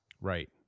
Right